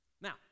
Now